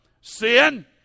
sin